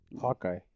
Hawkeye